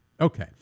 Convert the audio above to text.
Okay